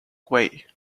way